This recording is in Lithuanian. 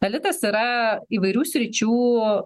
elitas yra įvairių sričių